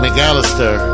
McAllister